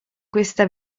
questa